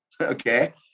Okay